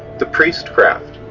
the priestcraft.